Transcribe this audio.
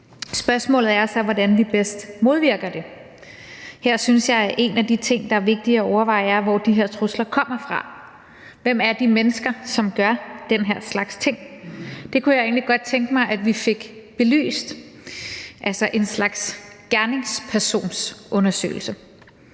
Spørgsmålet er så, hvordan vi bedst modvirker det. Her synes jeg, at en af de ting, der er vigtige at overveje, er, hvor de her trusler kommer fra. Hvem er de mennesker, som gør den her slags ting? Det kunne jeg egentlig godt tænke mig, at vi fik belyst, altså en slags gerningspersonsundersøgelse.